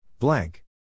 Blank